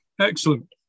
Excellent